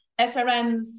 SRMs